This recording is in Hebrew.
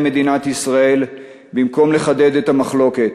מדינת ישראל במקום לחדד את המחלוקת.